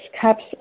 cups